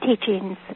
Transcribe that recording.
teachings